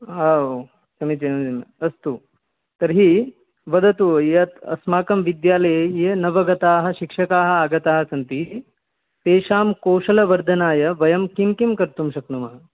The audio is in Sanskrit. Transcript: ओ समीचीनं अस्तु तर्हि वदतु यत् अस्माकं विद्यालये ये नवागताः शिक्षकाः आगताः सन्ति तेषां कौशलवर्धनाय वयं किं किं कर्तुं शक्नुमः